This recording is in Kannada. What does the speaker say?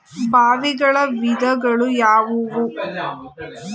ಬಾವಿಗಳ ವಿಧಗಳು ಯಾವುವು?